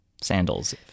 sandals